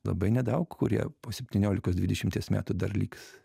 labai nedaug kurie po septyniolikos dvidešimties metų dar liks